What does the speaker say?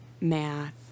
math